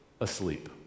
asleep